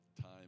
time